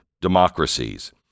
democracies